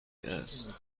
است